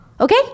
okay